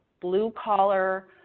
blue-collar